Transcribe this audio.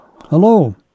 Hello